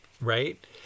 right